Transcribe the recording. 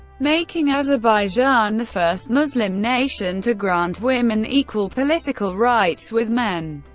making azerbaijan the first muslim nation to grant women equal political rights with men.